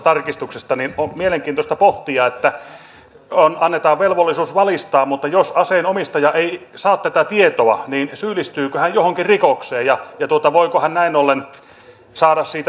on mielenkiintoista pohtia että annetaan velvollisuus valistaa mutta jos aseen omistaja ei saa tätä tietoa niin syyllistyykö hän johonkin rikokseen ja voiko hän näin ollen saada siitä sanktion